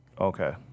Okay